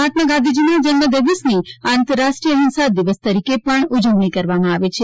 મહાત્મા ગાંધીજીનાં જન્મદિવસની આંતરરાષ્ટ્રીય અહિંસા દિવસ તરીકે પણ ઉજવણી કરવામાં આવે છે